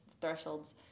thresholds